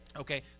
Okay